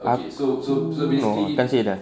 aku no no can't say that